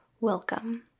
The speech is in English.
welcome